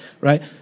Right